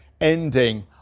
ending